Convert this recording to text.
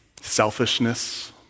Selfishness